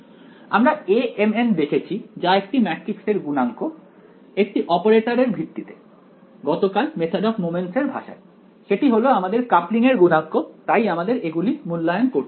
আমরা Amn দেখেছি যা একটি ম্যাট্রিক্সের গুণাঙ্ক একটি অপারেটরের ভিত্তিতে গতকাল মেথদ অফ মমেন্টস এর ভাষায় সেটি হলো আমাদের কাপলিং এর গুণাঙ্ক তাই আমাদের এগুলি মূল্যায়ন করতে হবে